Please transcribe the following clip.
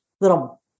little